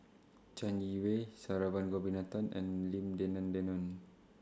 Chai Yee Wei Saravanan Gopinathan and Lim Denan Denon